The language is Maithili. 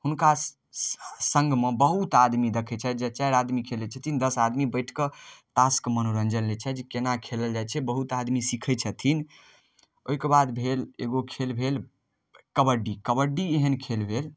हुनका संगमे बहुत आदमी देखै छथि जे चारि आदमी खेलै छथिन दस आदमी बैठ कऽ ताशके मनोरंजन लै छथि जे केना खेलल जाइ छै बहुत आदमी सीखै छथिन ओहिके बाद भेल एगो खेल भेल कबड्डी कबड्डी एहन खेल भेल